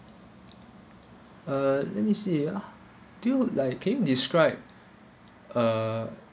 uh let me see ah do you like can you describe a